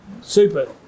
Super